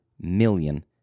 million